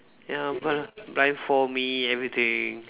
ya blind blindfold me everything